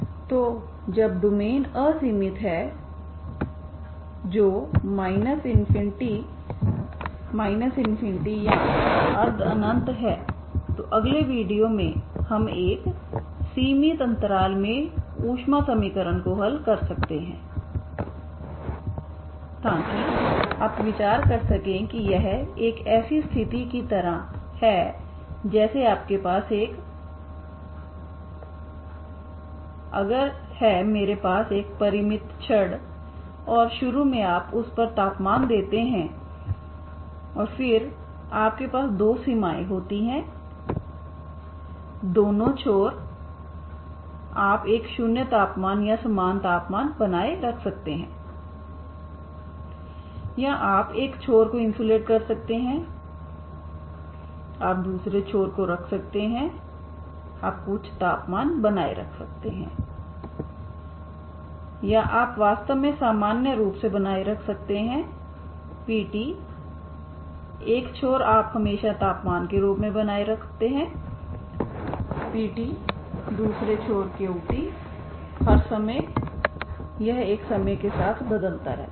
तो जब डोमेन असीमित है जो ∞∞ या अर्ध अनंत है तो अगले वीडियो में हम एक सीमित अंतराल में ऊष्मा समीकरण को हल कर सकते हैं ताकि आप विचार कर सकें कि यह एक ऐसी स्थिति की तरह है जैसे आपके पास एक अगर है मेरे पास एक परिमित छड़ है और शुरू में आप उस पर तापमान देते हैं और फिर आपके पास दो सीमाएँ होती हैं दोनों छोर आप एक शून्य तापमान या समान तापमान बनाए रख सकते हैं या आप एक छोर को इन्सुलेट कर सकते हैं आप दूसरे छोर को रख सकते हैं आप कुछ तापमान बनाए रख सकते हैं या आप वास्तव में सामान्य रूप से बनाए रख सकते हैं p एक छोर आप हमेशा तापमान के रूप में बनाए रखते हैं p दूसरे छोर q हर समय यह एक समय के साथ बदलता रहता है